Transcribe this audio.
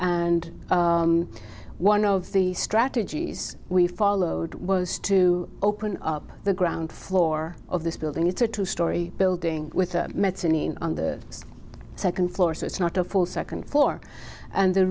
and one of the strategies we followed was to open up the ground floor of this building it's a two story building with medicine in on the second floor so it's not a full second floor and the